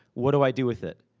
what do i do with it?